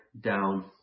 down